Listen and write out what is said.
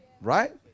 right